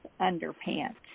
Underpants